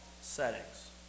settings